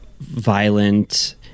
violent